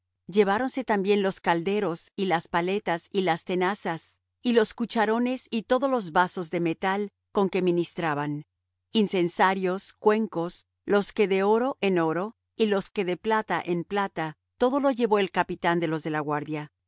lleváronse también los calderos y las paletas y las tenazas y los cucharones y todos los vasos de metal con que ministraban incensarios cuencos los que de oro en oro y los que de plata en plata todo lo llevó el capitán de los de la guardia